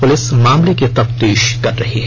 police मामले की तफ्तीश कर रही है